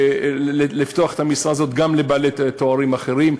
לפתוח את המשרה הזאת גם לבעלי תארים אחרים,